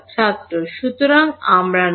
ছাত্র সুতরাং আমরা নই